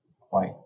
white